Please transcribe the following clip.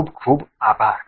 ખુબ ખુબ આભાર